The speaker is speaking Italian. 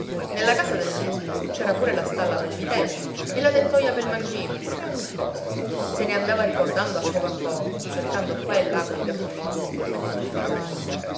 nella casa del nespolo c'era pure la stalla pel vitello e la tettoia pel mangime e ogni cosa se ne andava ricordando a poco a poco cercando qua e là cogli occhi morti e col mento sul bastone